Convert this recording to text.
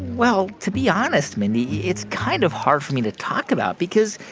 well, to be honest, mindy, it's kind of hard for me to talk about because,